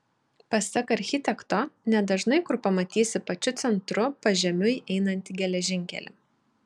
pasak architekto nedažnai kur pamatysi pačiu centru pažemiui einantį geležinkelį